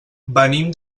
venim